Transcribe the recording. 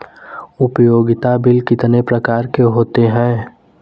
उपयोगिता बिल कितने प्रकार के होते हैं?